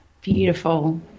beautiful